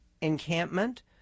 encampment